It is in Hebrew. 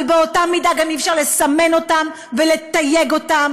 אבל באותה מידה גם אי-אפשר לסמן אותן ולתייג אותן